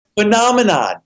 Phenomenon